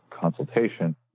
consultation